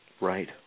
Right